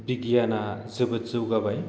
बिगियाना जोबोर जौगाबाय